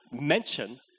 mention